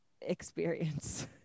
experience